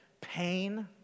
pain